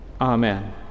Amen